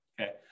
Okay